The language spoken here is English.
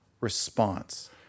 response